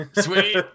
Sweet